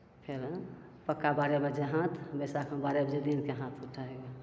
फेर पक्का बारह बजे हाथ बैसाखमे बारह बजे दिनके हाथ उठै हइ